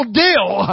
deal